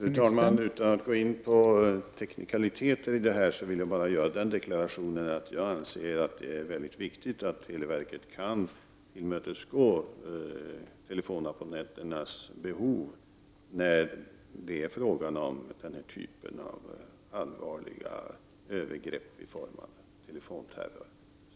Fru talman! Utan att gå in på teknikaliteter vill jag bara göra den deklarationen att det är väldigt viktigt att televerket kan tillmötesgå telefonabornnenternas behov när det är fråga om den här typen av allvarliga övergrepp i form av telefonterror.